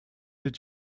did